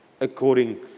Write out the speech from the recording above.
according